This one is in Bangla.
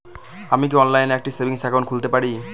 আমি কি অনলাইন একটি সেভিংস একাউন্ট খুলতে পারি?